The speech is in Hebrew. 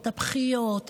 את הבכיות,